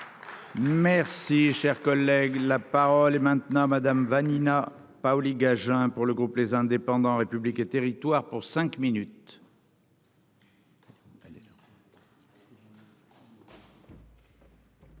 Merci, cher collègue, la parole est maintenant Madame Vanina. Paoli-Gagin pour le groupe, les indépendants républiques et territoires pour cinq minutes.